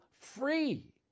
free